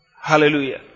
Hallelujah